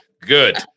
good